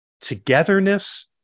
togetherness